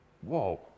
Whoa